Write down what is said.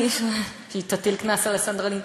היא תטיל קנס על הסדרנים?